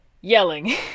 yelling